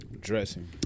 Dressing